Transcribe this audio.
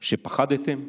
שפחדתם?